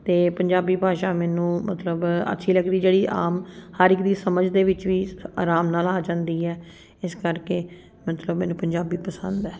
ਅਤੇ ਪੰਜਾਬੀ ਭਾਸ਼ਾ ਮੈਨੂੰ ਮਤਲਬ ਅੱਛੀ ਲੱਗਦੀ ਜਿਹੜੀ ਆਮ ਹਰ ਇੱਕ ਦੀ ਸਮਝ ਦੇ ਵਿੱਚ ਵੀ ਆਰਾਮ ਨਾਲ ਆ ਜਾਂਦੀ ਹੈ ਇਸ ਕਰਕੇ ਮਤਲਬ ਮੈਨੂੰ ਪੰਜਾਬੀ ਪਸੰਦ ਹੈ